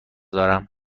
دارم